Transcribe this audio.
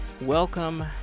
Welcome